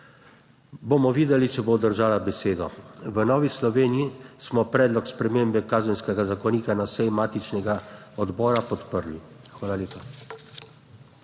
Bomo videli, če bo držala besedo. V Novi Sloveniji smo predlog spremembe Kazenskega zakonika na seji matičnega odbora podprli. Hvala lepa.